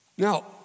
Now